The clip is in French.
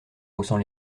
haussant